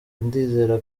ndizera